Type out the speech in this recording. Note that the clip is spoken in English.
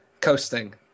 coasting